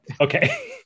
Okay